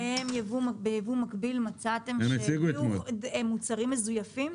אבל היו מקרים ביבוא מקביל שמצאתם שייבאו מוצרים מזויפים?